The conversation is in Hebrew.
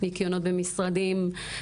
ניקיונות במשרדים,